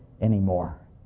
anymore